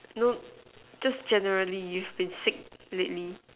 no just generally you've been sick lately